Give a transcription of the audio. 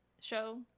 show